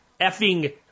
effing